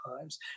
times